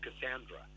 Cassandra